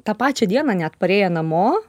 tą pačią dieną net parėję namo